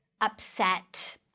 upset